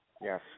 Yes